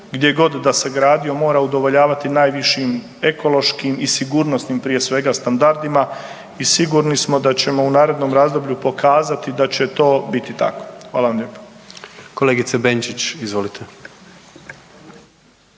gdje god da se gradio mora udovoljavati najvišim ekološkim i sigurnosnim prije svega, standardima i sigurni smo da ćemo u narednom razdoblju pokazati da će to biti takao. Hvala vam lijepo. **Jandroković, Gordan